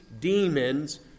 demons